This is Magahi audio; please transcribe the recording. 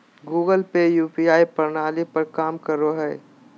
गूगल पे यू.पी.आई प्रणाली पर काम करो हय